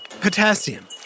potassium